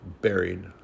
buried